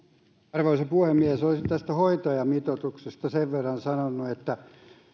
arvoisa puhemies olisin tästä hoitajamitoituksesta sen verran sanonut että